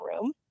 room